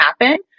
happen